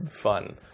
fun